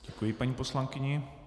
Děkuji paní poslankyni.